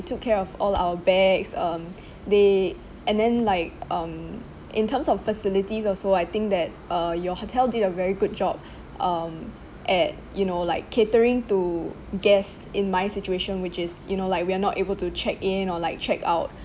took care of all our bags um they and then like um in terms of facilities also I think that uh your hotel did a very good job um at you know like catering to guests in my situation which is you know like we are not able to check in or like check out